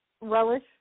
relish